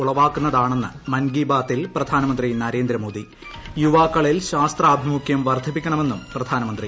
ഉളവാക്കുന്നതാണെന്ന് മൻകി ബാത്തിൽ പ്രധാനമന്ത്രി നരേന്ദ്രമോദി യുവാക്കളിൽ ശാസ്ത്രാഭിമുഖൃം വർദ്ധിപ്പിക്കണമെന്നും പ്രധാനമന്ത്രി